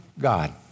God